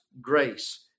grace